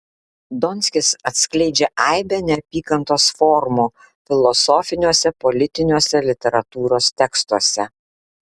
donskis atskleidžia aibę neapykantos formų filosofiniuose politiniuose literatūros tekstuose